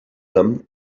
them